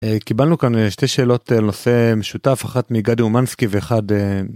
קיבלנו כאן שתי שאלות על נושא משותף, אחת מגדי אומנסקי ואחד.